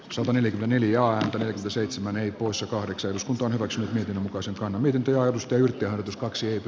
savonen emiliaa seitsemän ey usa kahdeksan orvot miten osataan miten tuo steyr tuskaksi ykn